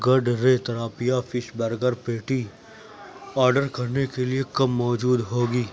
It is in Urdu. گڈرے tilapia fish burger patty order کرنے کے لیے کب موجود ہوگی